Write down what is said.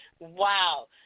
Wow